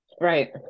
Right